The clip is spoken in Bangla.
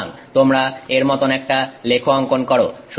সুতরাং তোমরা এর মতন একটা লেখ অঙ্কন করো